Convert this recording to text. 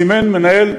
זימן מנהל,